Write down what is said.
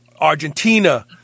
Argentina